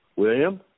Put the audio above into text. William